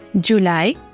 July